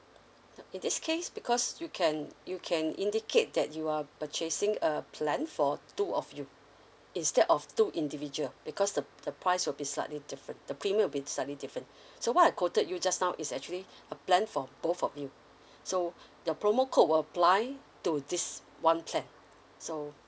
in this case because you can you can indicate that you are purchasing a plan for two of you instead of two individual because the the price will be slightly different the premium will be slightly different so what I quoted you just now is actually a plan for both of you so the promo~ code will apply to this one plan so